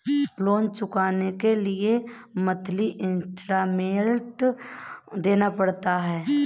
loan चुकाने के लिए मंथली इन्सटॉलमेंट देना पड़ता है